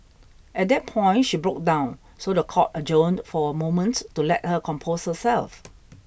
at that point she broke down so the court adjourned for a moment to let her compose herself